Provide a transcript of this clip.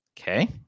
Okay